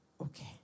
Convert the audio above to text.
Okay